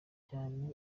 cyane